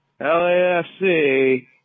LAFC